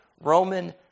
Roman